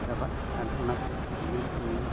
ᱪᱟᱵᱟᱜ ᱪᱮᱛᱟᱱ ᱨᱮ ᱚᱱᱟᱛᱮ ᱟᱹᱵᱤᱱ ᱴᱷᱮᱱᱤᱧ